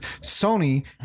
Sony